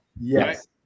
Yes